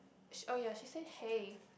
sh~ oh ya she say hey